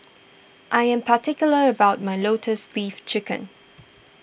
I am particular about my Lotus Leaf Chicken